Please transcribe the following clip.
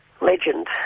legend